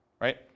right